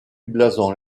blason